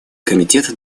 комитет